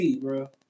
bro